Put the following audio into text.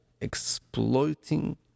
exploiting